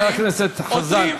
חבר הכנסת חזן,